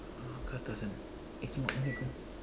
uh third person eh tengok tengok tu